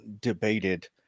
debated